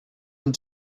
and